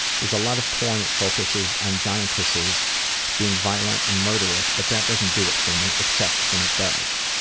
there's a lot of porn that focuses on giantesses being violent and murderous but that doesn't do it for me except when it does.